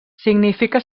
significa